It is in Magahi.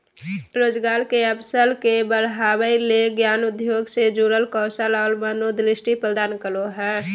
रोजगार के अवसर के बढ़ावय ले ज्ञान उद्योग से जुड़ल कौशल और मनोदृष्टि प्रदान करो हइ